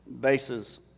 bases